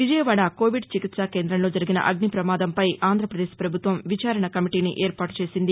విజయవాడ కోవిడ్చికిత్సా కేంద్రంలో జరిగిన అగ్ని ప్రమాదంపై ఆంధ్రప్రదేశ్ ప్రభుత్వం విచారణ కమిటీని ఏర్పాటు చేసింది